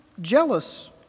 jealous